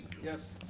yes.